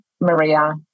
Maria